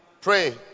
Pray